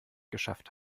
geschafft